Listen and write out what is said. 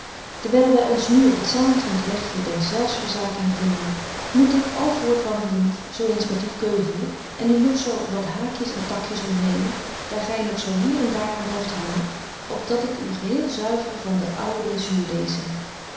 dewyl wy ons nu op het zaligent wegje der zelfs verzaking bevinden moet ik al voortwandelent zo eens met u keuvelen en u nog zo wat haakjes en takjes ontnemen daar gy nog zo hier en daar aan blyft hangen op dat ik u geheel zuivere van den ouden zuurdeessem